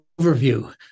overview